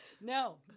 No